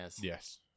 Yes